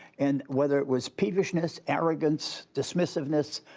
and whether it was peevishness, arrogance, dismissiveness,